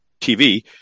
TV